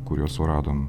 kuriuos suradom